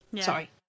Sorry